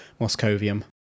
Moscovium